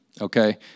okay